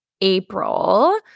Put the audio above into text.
April